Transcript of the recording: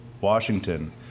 Washington